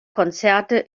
konzerte